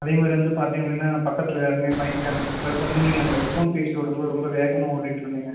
அதே மாதிரி வந்து பார்த்தீங்க அப்படின்னா பக்கத்தில் எல்லோருமே பயந்துட்டாங்க ஸோ ப்ளஸ் வந்து நீங்கள் அந்த ஃபோன் பேசிகிட்டு ஓட்டும்போது ரொம்ப வேகமாக ஓட்டிகிட்ருந்தீங்க